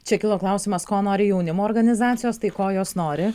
čia kilo klausimas ko nori jaunimo organizacijos tai ko jos nori